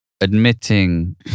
admitting